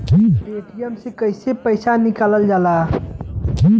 Paytm से कैसे पैसा निकलल जाला?